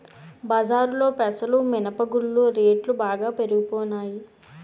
బజారులో పెసలు మినప గుళ్ళు రేట్లు బాగా పెరిగిపోనాయి